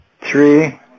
Three